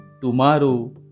Tomorrow